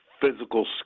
physical